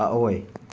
ꯑꯑꯣꯏ